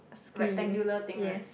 rectangular thing right